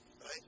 Right